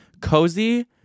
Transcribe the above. cozy